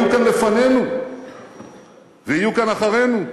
הייתם לפנינו ויהיו כאן אחרינו,